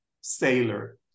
sailor